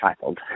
child